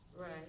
Right